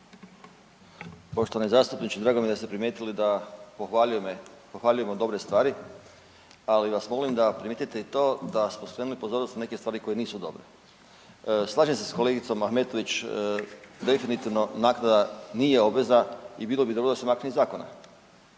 Poštovani zastupniče, drago mi je da ste primijetili da pohvaljujemo dobre stvari, ali vas molim da primijetite i to da smo spremni pozornosti neke stvari koje nisu dobre. Slažem se s kolegicom Ahmetović, definitivno naknada nije obveza i bilo bi dobro da se makne iz zakona